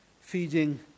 feeding